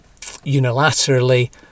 unilaterally